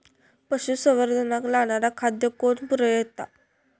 पशुसंवर्धनाक लागणारा खादय कोण पुरयता?